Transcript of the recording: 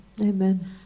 amen